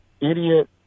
idiot